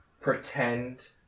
pretend